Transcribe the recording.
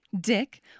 Dick